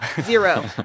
zero